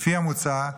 לפי המוצע,